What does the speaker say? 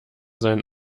seinen